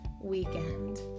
weekend